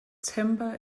temper